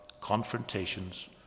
confrontations